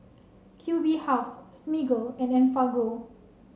Q B House Smiggle and Enfagrow